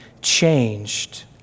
changed